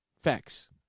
Facts